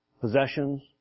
possessions